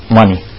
money